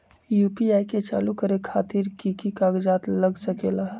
UPI के चालु करे खातीर कि की कागज़ात लग सकेला?